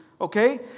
okay